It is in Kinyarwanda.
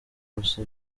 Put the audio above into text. gusa